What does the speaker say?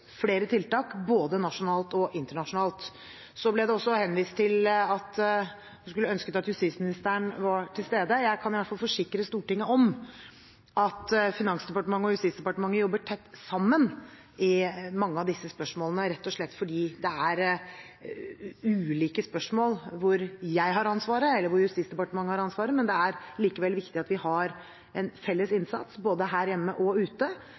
flere tiltak, både nasjonalt og internasjonalt. Så ble det også nevnt at en skulle ønsket at justisministeren var til stede. Jeg kan i hvert fall forsikre Stortinget om at Finansdepartementet og Justisdepartementet jobber tett sammen om mange av disse spørsmålene, rett og slett fordi det er ulike spørsmål, noen hvor jeg har ansvaret, og noen hvor Justisdepartementet har ansvaret. Men det er likevel viktig at vi har en felles innsats, både her hjemme og ute,